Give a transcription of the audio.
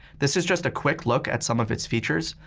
this is just a quick look at some of its features,